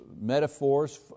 metaphors